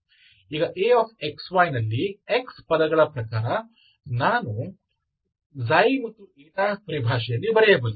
ಈಗ Axy ನಲ್ಲಿ x ಪದಗಳ ಪ್ರಕಾರ ನಾನು ಮತ್ತು ಪರಿಭಾಷೆಯಲ್ಲಿ ಬರೆಯಬಲ್ಲೆ